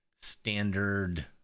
standard